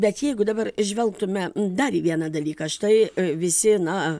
bet jeigu dabar žvelgtume dar vieną dalyką štai visi na